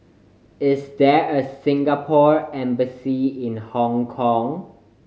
is there a Singapore Embassy in Hong Kong